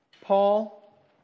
Paul